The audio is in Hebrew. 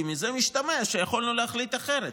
כי מזה משתמע שיכולנו להחליט אחרת.